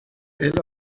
elle